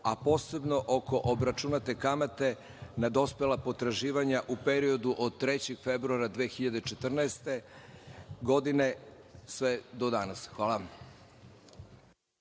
a posebno oko obračunate kamate na dospela potraživanja u periodu od 3. februara 2014. godine, sve do danas. Hvala.